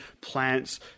plants